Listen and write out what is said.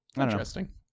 interesting